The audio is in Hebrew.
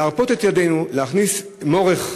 לרפות את ידינו, להכניס מורך,